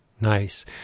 Nice